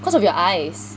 cause of your eyes